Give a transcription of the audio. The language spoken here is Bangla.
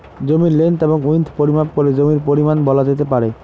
জমির লেন্থ এবং উইড্থ পরিমাপ করে জমির পরিমান বলা যেতে পারে